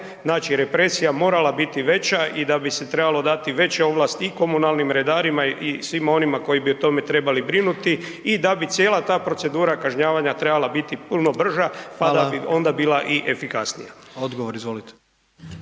znači represija morala biti veća i da bi se trebalo dati veće ovlasti i komunalnim redarima i svima onima koji bi o tome trebali brinuti i da bi cijela ta procedura kažnjavanja trebala biti puno brža pa bi onda bila i efikasnija? **Jandroković,